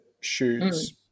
shoes